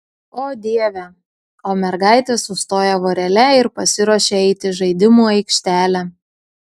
o dieve o mergaitės sustoja vorele ir pasiruošia eiti į žaidimų aikštelę